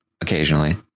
occasionally